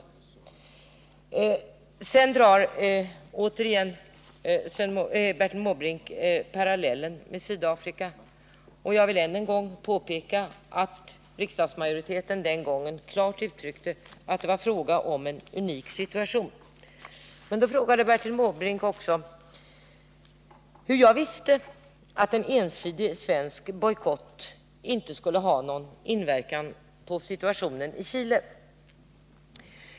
Bertil Måbrink drar återigen parallellen med Sydafrika. Jag vill än en gång påpeka att riksdagsmajoriteten vid det aktuella tillfället klart uttryckte att det var fråga om en unik situation. Men Bertil Måbrink frågade också hur jag visste att en ensidig svensk bojkott inte skulle ha någon inverkan på situationen i Chile.